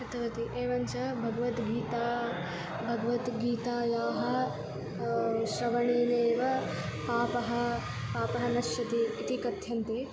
कृतवती एवञ्च भगवद्गीता भगवद्गीतायाः श्रवणेनैव पापं पापं नश्यति इति कथयन्ति